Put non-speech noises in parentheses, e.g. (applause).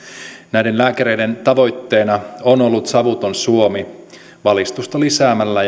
näiden lääkäreiden tavoitteena on ollut savuton suomi valistusta lisäämällä (unintelligible)